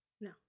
No